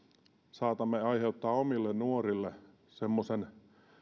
saatamme aiheuttaa omille nuorillemme semmoisen pienen